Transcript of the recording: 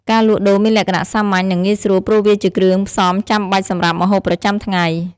ការលក់ដូរមានលក្ខណៈសាមញ្ញ និងងាយស្រួល ព្រោះវាជាគ្រឿងផ្សំចាំបាច់សម្រាប់ម្ហូបប្រចាំថ្ងៃ។